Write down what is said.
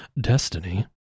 destiny